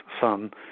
son